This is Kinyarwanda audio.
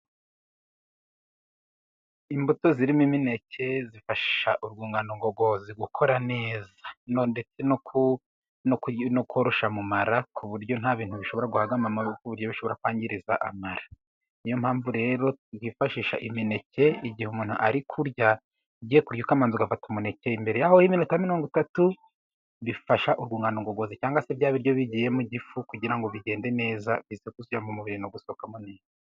Imbuto zirimo imineke zifasha urwungano ngogozi gukora neza, ndetse no koroshya mu mara, ku buryo nta bintu bishobora guhabwa amara ku buryo bishobora kwangiriza amara, niyo mpamvu rero twifashisha imineke igihe umuntu ari kurya ,ugiye kurya ukabanza ugafata umuneke mbere ho iminota mirongo itatu, bifasha urungano ngogozi cyangwa se bya biryo bigiyemo igifu, kugira ngo bigende neza bize kujya mu mubiri no gusohokamo neza.